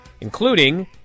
including